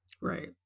Right